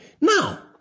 Now